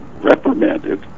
reprimanded